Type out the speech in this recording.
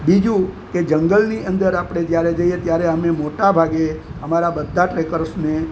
બીજું કે જંગલની અંદર આપણે જ્યારે જઈએ ત્યારે અમે મોટા ભાગે અમારા બધા ટ્રેકર્સને